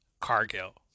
Cargill